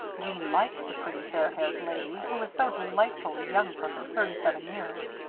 jeanne liked the pretty, fair-haired lady, who was so delightfully young for her thirty-seven years.